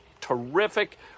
terrific